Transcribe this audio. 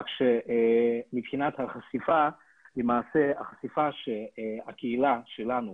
כך שמבחינת חשיפה למעשה החשיפה שהקהילה שלנו,